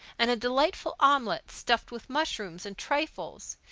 and a delightful omelette stuffed with mushrooms and truffles,